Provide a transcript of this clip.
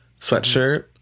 sweatshirt